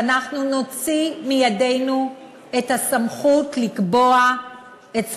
שאנחנו נוציא מידינו את הסמכות לקבוע את שכרנו,